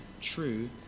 true